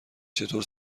چطور